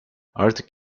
artık